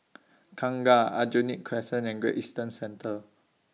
Kangkar Aljunied Crescent and Great Eastern Centre